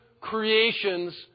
creations